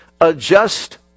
adjust